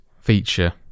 feature